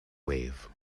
wave